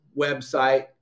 website